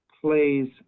plays